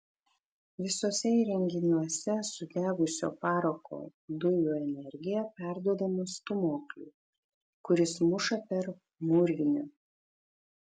visuose įrenginiuose sudegusio parako dujų energija perduodama stūmokliui kuris muša per mūrvinę